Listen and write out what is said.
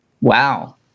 Wow